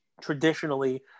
traditionally